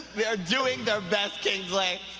they are doing their best kingsley.